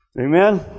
Amen